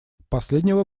последнего